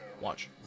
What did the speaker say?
Watch